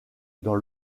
dans